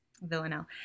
Villanelle